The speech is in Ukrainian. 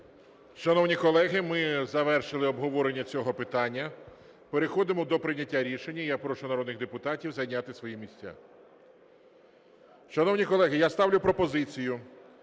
Шановні колеги, ми завершили обговорення цього питання. Переходимо до прийняття рішення. Я прошу народних депутатів зайняти свої місця. Шановні колеги, я ставлю пропозицію